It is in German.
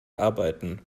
arbeiten